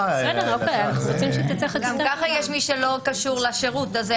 בסדר, אין בעיה, אנחנו רוצים שתצא חקיקה טובה.